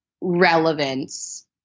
relevance